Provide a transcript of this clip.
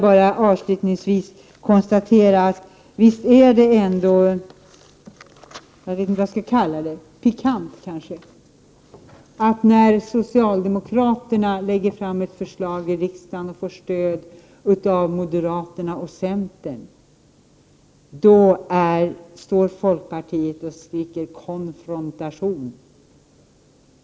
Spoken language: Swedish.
Avslutningsvis vill jag säga att det är, skall vi kalla det, pikant att när socialdemokraterna lägger fram ett förslag i riksdagen och får stöd av moderaterna och centern, skriker folkpartiet: Konfrontation!